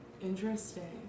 Interesting